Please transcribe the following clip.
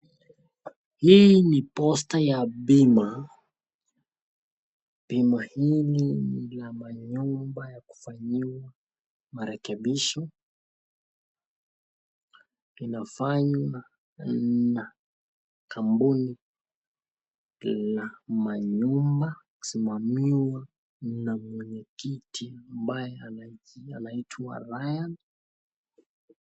Hii ni posta ya bima, bima hili lina manyumba yanafanyiwa marekebisho ,linafanywa na kampuni la manyumba kusimamiwa na mwenyekiti ambaye anayae anaiitwa Ryan.